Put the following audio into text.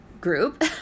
group